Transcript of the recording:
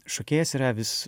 šokėjas yra vis